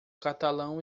catalão